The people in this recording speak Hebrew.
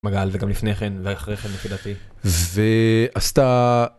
מגל וגם לפני כן ואחרי כן לפי דעתי, ועשתה.